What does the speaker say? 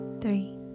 three